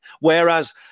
Whereas